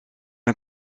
een